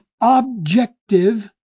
objective